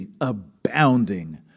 abounding